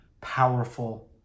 powerful